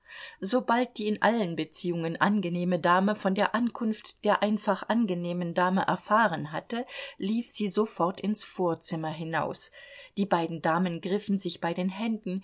sobald die in allen beziehungen angenehme dame von der ankunft der einfach angenehmen dame erfahren hatte lief sie sofort ins vorzimmer hinaus die beiden damen griffen sich bei den händen